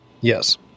Yes